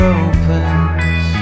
opens